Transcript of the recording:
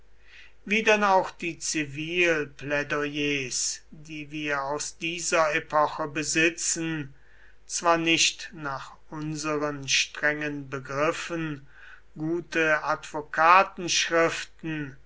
wie denn auch die zivilplädoyers die wir aus dieser epoche besitzen zwar nicht nach unseren strengeren begriffen gute